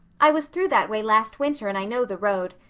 i was through that way last winter and i know the road.